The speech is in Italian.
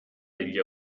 degli